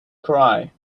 cry